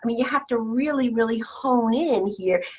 you have to really, really hone in here,